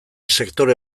sektore